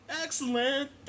Excellent